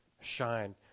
shine